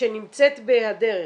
שנמצאת בהדרך,